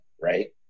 Right